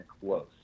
close